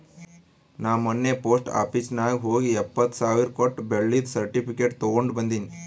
ನಾ ಮೊನ್ನೆ post office ನಾಗ್ ಹೋಗಿ ಎಪ್ಪತ್ ಸಾವಿರ್ ಕೊಟ್ಟು ಬೆಳ್ಳಿದು ಸರ್ಟಿಫಿಕೇಟ್ ತಗೊಂಡ್ ಬಂದಿನಿ